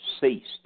ceased